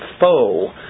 foe